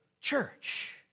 church